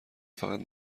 فقط